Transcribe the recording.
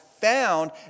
found